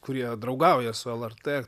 kurie draugauja su lrt